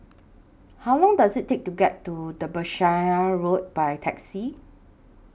How Long Does IT Take to get to Derbyshire Road By Taxi